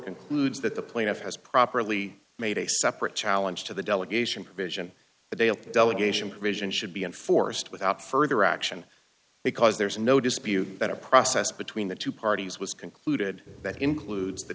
concludes that the plaintiff has properly made a separate challenge to the delegation provision of a delegation provision should be enforced without further action because there is no dispute that a process between the two parties was concluded that includes the